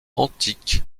antiques